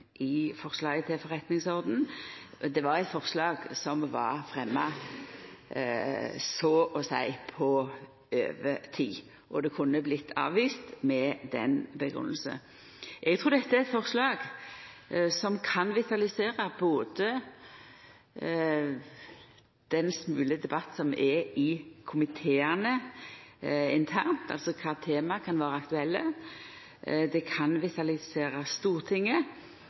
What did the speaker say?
i forslaget til forretningsorden. Det var eit forslag som vart fremja så å seia på overtid, og det kunne vorte avvist med den grunngjevinga. Eg trur dette er eit forslag som kan vitalisera den smule debatt som er internt i komiteane når det gjeld kva tema som kan vera aktuelle, og det kan vitalisera Stortinget.